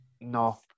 no